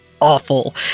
awful